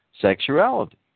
sexuality